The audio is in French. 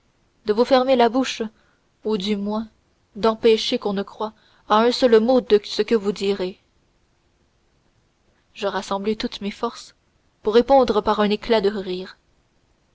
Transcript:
de vous fermer la bouche ou du moins d'empêcher qu'on ne croie à un seul mot de ce que vous direz je rassemblai toutes mes forces pour répondre par un éclat de rire